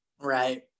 Right